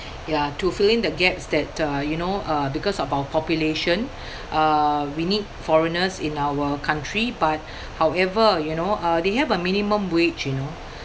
ya to fill in the gaps that uh you know uh because of our population uh we need foreigners in our country but however you know uh they have a minimum wage you know